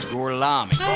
Gorlami